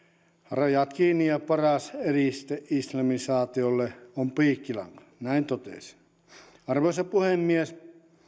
rajat kiinni ja paras eriste islamisaatiolle on piikkilanka näin totesin arvoisa puhemies